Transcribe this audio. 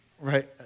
Right